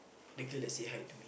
that girl that say Hi to me